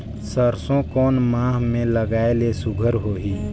सरसो कोन माह मे लगाय ले सुघ्घर होही?